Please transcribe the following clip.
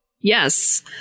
Yes